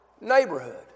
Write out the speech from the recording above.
neighborhood